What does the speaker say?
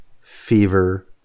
fever